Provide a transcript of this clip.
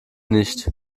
nicht